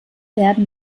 werden